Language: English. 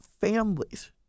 families